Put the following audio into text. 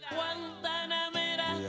Guantanamera